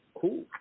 cool